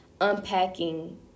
unpacking